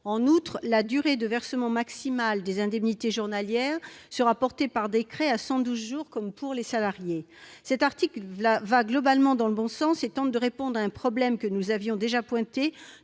En outre, la durée de versement maximale des indemnités journalières sera portée par décret à 112 jours, comme pour les salariées. Cet article va globalement dans le bon sens et tente de répondre à un problème que nous avions déjà soulevé,